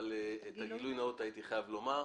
אבל את הגילוי הנאות הייתי חייב לומר.